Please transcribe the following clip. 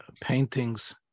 paintings